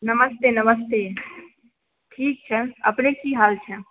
नमस्ते नमस्ते ठीक छैनि अपनेके की हाल छैनि